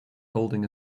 holding